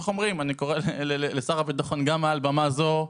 אני קורא לשר הביטחון גם מעל במה זו,